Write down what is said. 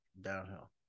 downhill